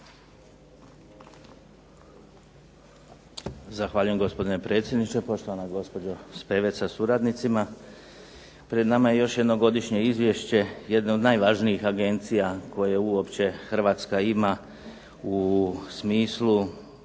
Zahvaljujem gospodine predsjedniče. Poštovana gospođo Spevec sa suradnicima. Pred nama je još jedno godišnje izvješće jedne od najvažnijih agencija koje Hrvatska ima u smislu